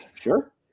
sure